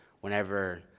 whenever